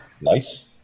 nice